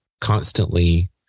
constantly